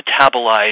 metabolize